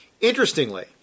Interestingly